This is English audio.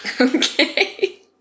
Okay